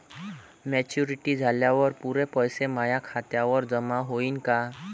Maturity झाल्यावर पुरे पैसे माया खात्यावर जमा होईन का?